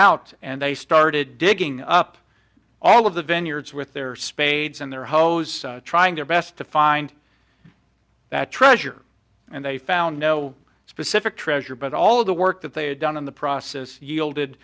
out and they started digging up all of the vineyards with their spades and their hoes trying their best to find that treasure and they found no specific treasure but all the work that they had done in the process yielded